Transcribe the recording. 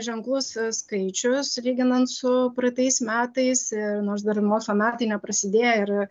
ženklus skaičius lyginant su praeitais metais ir nors dar ir mokslo metai neprasidėję ir